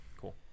Cool